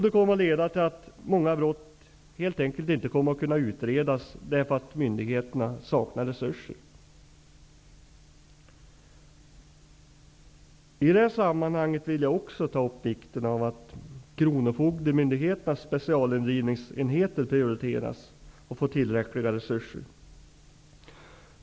Detta leder till att många brott helt enkelt inte kommer att kunna utredas, eftersom myndigheterna saknar resurser. I detta sammanhang vill jag också ta upp vikten av att kronofogdemyndigheternas specialindrivningsenheter prioriteras och får tillräckliga resurser.